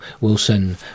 wilson